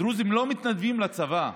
הדרוזים לא מתנדבים לצבא,